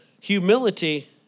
humility